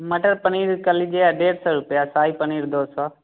मटर पनीर का लीजिएगा डेढ़ सौ रुपये शाही पनीर दो सौ